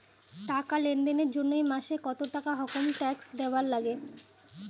টাকা লেনদেন এর জইন্যে মাসে কত টাকা হামাক ট্যাক্স দিবার নাগে?